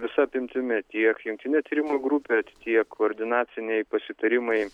visa apimtimi tiek jungtinė tyrimų grupė tiek koordinaciniai pasitarimai